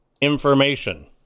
information